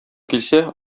килсә